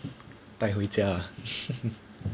带回家啊